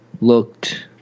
looked